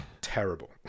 terrible